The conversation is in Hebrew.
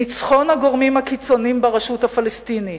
ניצחון הגורמים הקיצוניים ברשות הפלסטינית,